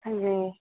جی